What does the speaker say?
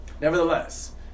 nevertheless